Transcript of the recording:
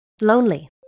lonely